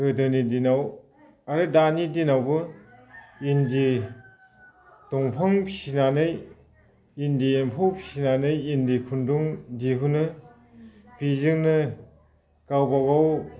गोदोनि दिनाव आरो दानि दिनावबो इन्दि दंफां फिसिनानै इन्दि एम्फौ फिसिनानै इन्दि खुन्दुं दिहुनो बेजोंनो गावबागाव